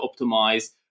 optimize